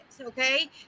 okay